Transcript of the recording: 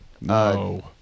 No